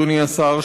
אדוני השר,